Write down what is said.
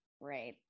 Right